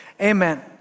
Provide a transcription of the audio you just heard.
amen